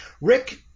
Rick